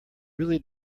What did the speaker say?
really